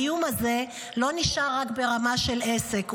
האיום הזה לא נשאר רק ברמת העסק,